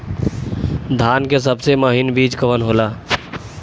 धान के सबसे महीन बिज कवन होला?